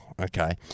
okay